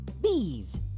bees